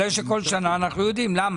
את זה אנחנו יודעים למה?